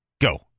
go